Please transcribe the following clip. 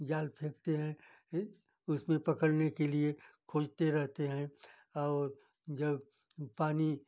जाल फेंकते हैं और फ़िर उसमें पकड़ने के लिए खोजते रहते हैं और और जब पानी